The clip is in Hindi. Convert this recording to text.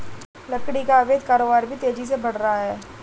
लकड़ी का अवैध कारोबार भी तेजी से बढ़ रहा है